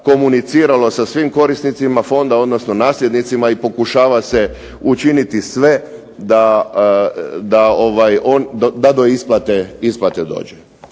komuniciralo sa svim korisnicima fonda odnosno nasljednicima i pokušava se učiniti sve da do isplate dođe.